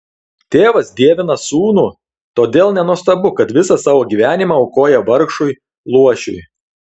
tėvas dievina sūnų todėl nenuostabu kad visą savo gyvenimą aukoja vargšui luošiui